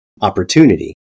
opportunity